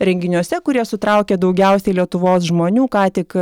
renginiuose kurie sutraukia daugiausiai lietuvos žmonių ką tik